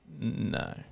No